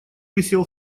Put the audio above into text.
висел